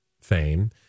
fame